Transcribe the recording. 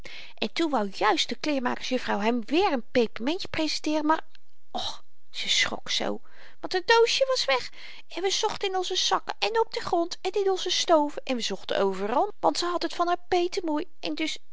en toen wou juist de kleermakers juffrouw hem weer n pepermentje prezenteeren maar och ze schrok zoo want haar doosje was weg en we zochten in onze zakken en op den grond en in onze stoven en we zochten overal want ze had het van haar peetemoei en dus